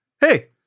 hey